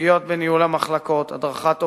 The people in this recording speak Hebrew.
סוגיות בניהול המחלקות, הדרכת עובדים,